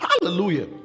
Hallelujah